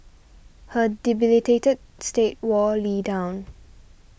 her debilitated state wore Lee down